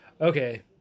okay